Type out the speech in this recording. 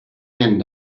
end